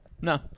no